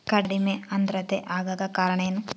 ಕಡಿಮೆ ಆಂದ್ರತೆ ಆಗಕ ಕಾರಣ ಏನು?